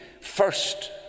first